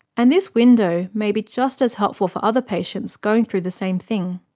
and this window may be just as helpful for other patients going through the same thing.